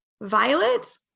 Violet